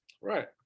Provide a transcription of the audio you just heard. Right